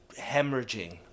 hemorrhaging